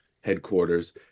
headquarters